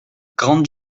grand